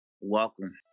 Welcome